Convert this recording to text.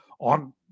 on